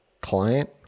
client